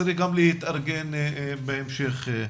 צריך להתארגן גם להמשך.